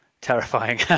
terrifying